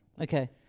Okay